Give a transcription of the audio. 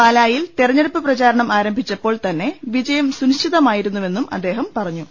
പാലായിൽ തെരഞ്ഞെടുപ്പ് പ്രചാരണം ആരംഭിച്ചപ്പോൾ തന്നെ വിജയം സുനിശ്ചിതമായിരുന്നെന്നും അദ്ദേഹം പറഞ്ഞു